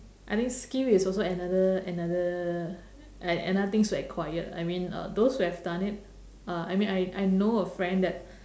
I think skill is also another another like another things to acquire I mean uh those who have done it uh I mean I I know a friend that